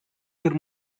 her